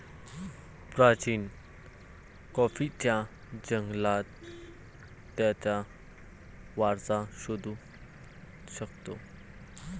प्राचीन कॉफीच्या जंगलात त्याचा वारसा शोधू शकतो